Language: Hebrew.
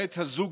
בעת הזו,